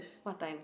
what time